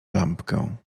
lampkę